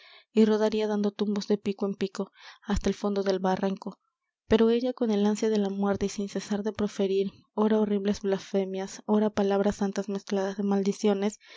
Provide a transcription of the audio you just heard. y rodaría dando tumbos de pico en pico hasta el fondo del barranco pero ella con el ansia de la muerte y sin cesar de proferir ora horribles blasfemias ora palabras santas mezcladas de maldiciones